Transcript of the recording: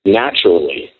naturally